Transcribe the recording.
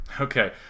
okay